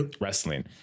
wrestling